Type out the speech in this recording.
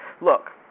look